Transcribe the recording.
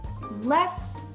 less